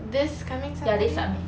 this coming saturday